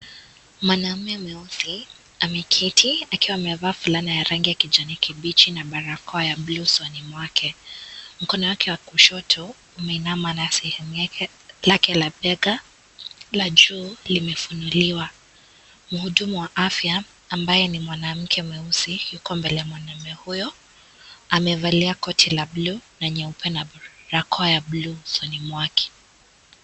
Mwanaume mweusi ameketi akiwa amevaa fulana ya rangi ya kijani kibichi na barakoa ya bluu usoni mwake. Mkono wake wa kushoto imeinama na shati lake la bega la juu limefunuliwa, mhudumu wa afya ambaye ni mwanamke mweusi yuko mbele ya mwanaume huyo, aevalia koti la bluu na nyeupe na barakoa ya bluu usoni mwake.